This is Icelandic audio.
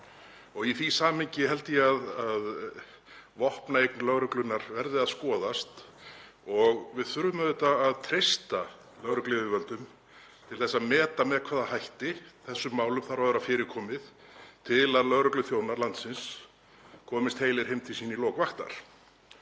og í því samhengi held ég að vopnaeign lögreglunnar verði að skoðast. Við þurfum auðvitað að treysta lögregluyfirvöldum til að meta með hvaða hætti þessum málum þarf að vera fyrir komið til að lögregluþjónar landsins komist heilir heim til sín í lok vaktar.